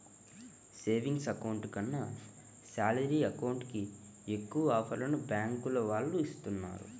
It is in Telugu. సేవింగ్స్ అకౌంట్ కన్నా శాలరీ అకౌంట్ కి ఎక్కువ ఆఫర్లను బ్యాంకుల వాళ్ళు ఇస్తున్నారు